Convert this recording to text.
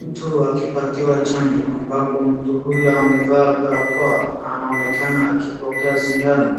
Mtu akipatiwa chanjo, ambapo mtu huyo amevaa barakoa. Anaonekana akipokea sindano